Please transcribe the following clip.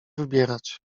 wybierać